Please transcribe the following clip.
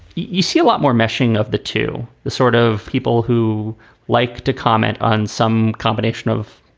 you see a lot more meshing of the two. the sort of people who like to comment on some combination of.